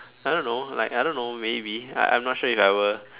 I don't know like I don't know maybe I I'm not sure if I will